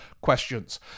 questions